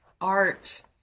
art